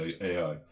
AI